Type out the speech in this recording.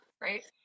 right